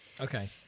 Okay